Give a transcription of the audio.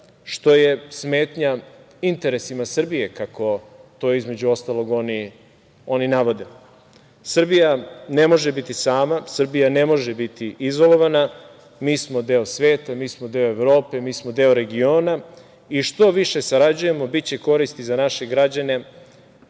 što je smetnja interesima Srbije kako to između ostalog oni navode. Srbija ne može biti sama, Srbija ne može biti izolovana, mi smo deo sveta, mi smo deo Evrope, mi smo deo regiona i što više sarađujemo biće koristi za naše građane